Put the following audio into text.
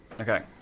okay